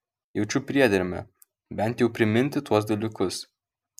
jaučiu priedermę bent jau priminti tuos dalykus